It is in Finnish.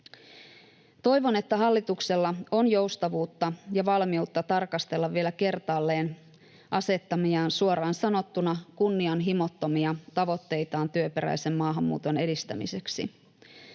Toivon, että hallituksella on joustavuutta ja valmiutta tarkastella vielä kertaalleen asettamiaan, suoraan sanottuna kunnianhimottomia, tavoitteita työperäisen maahanmuuton edistämiseksi.